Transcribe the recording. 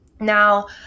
Now